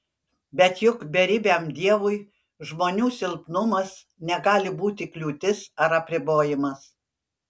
bet juk beribiam dievui žmonių silpnumas negali būti kliūtis ar apribojimas